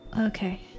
Okay